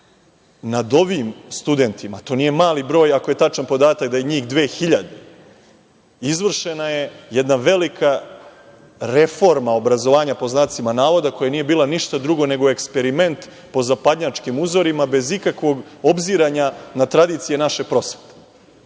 Nad ovim studentima, a to nije mali broj, ako je tačan podatak da je njih 2000 izvršena je jedna velika „reforma obrazovanja“ koja nije bila ništa drugo nego eksperiment po zapadnjačkim uzorima bez ikakvog obzira na tradicije naše prosvete. Pozvao